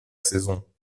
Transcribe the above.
saison